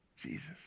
Jesus